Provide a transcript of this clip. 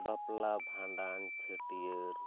ᱵᱟᱯᱞᱟ ᱵᱷᱟᱱᱰᱟᱱ ᱪᱷᱟᱹᱴᱭᱟᱹᱨ